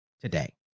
today